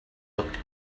looked